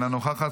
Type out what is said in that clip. אינה נוכחת,